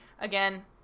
again